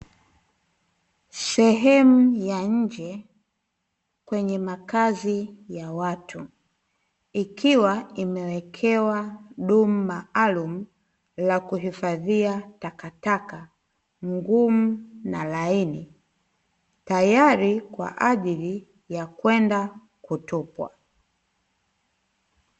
Sehemu ya nje kwenye makazi ya watu, ikiwa imewekewa dumu maalum la kuhifadhia takataka, ngumu na laini, tayari kwa ajili ya kwenda kutupwa.